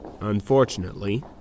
Unfortunately